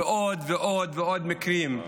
ועוד ועוד ועוד מקרים.